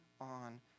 on